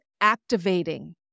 activating